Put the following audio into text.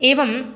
एवं